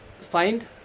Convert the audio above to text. find